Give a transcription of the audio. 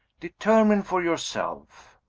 determine for yourself.